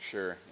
Sure